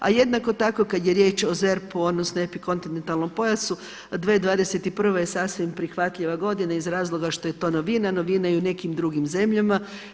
A jednako tako kada je riječ o ZERP-u odnosno epikontinentalnom pojasu, 2021. je sasvim prihvatljiva godina iz razloga što je to novina, novina je i u nekim drugim zemljama.